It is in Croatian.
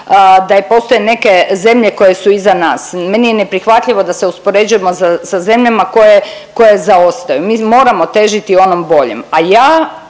da postoje neke zemlje koje su iza nas. Meni je neprihvatljivo da se uspoređujemo sa zemljama koje, koje zaostaju. Mi moramo težiti onom boljem.